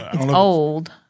old